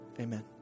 Amen